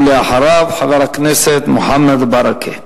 ואחריו, חבר הכנסת מוחמד ברכה.